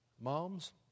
Moms